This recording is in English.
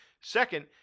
Second